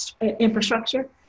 infrastructure